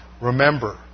Remember